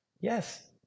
yes